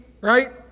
right